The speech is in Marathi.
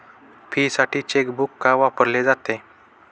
फीसाठी चेकबुक का वापरले जाते?